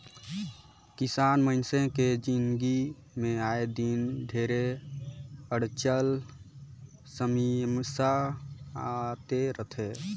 किसान मइनसे के जिनगी मे आए दिन ढेरे अड़चन समियसा आते रथे